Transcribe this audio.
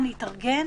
להתארגן,